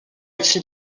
écrit